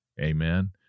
Amen